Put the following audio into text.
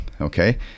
okay